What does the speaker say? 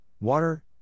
water